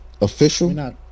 Official